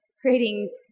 creating